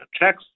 checks